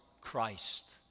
Christ